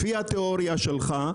לפי התיאוריה שלך,